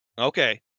Okay